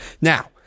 Now